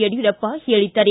ಯಡಿಯೂರಪ್ಪ ಹೇಳಿದ್ದಾರೆ